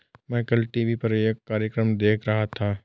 मैं कल टीवी पर एक कार्यक्रम देख रहा था